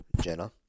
Jenna